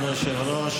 כבוד היושב-ראש,